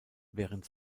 während